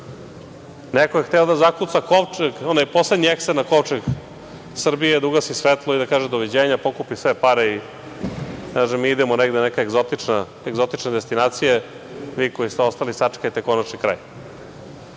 neko je trebao da zakuca onaj poslednji ekser na kovčeg Srbije da ugasi svetlo i da kaže do viđenja, pokupi sve pare, i kaže – mi idemo negde na neke egzotične destinacije, vi koji ste ostali sačekajte konačni